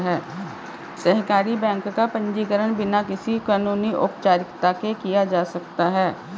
सहकारी बैंक का पंजीकरण बिना किसी कानूनी औपचारिकता के किया जा सकता है